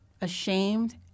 ashamed